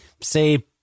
say